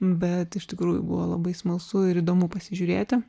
bet iš tikrųjų buvo labai smalsu ir įdomu pasižiūrėti